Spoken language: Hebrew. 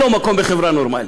אין לו מקום בחברה נורמלית.